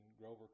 Grover